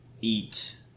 eat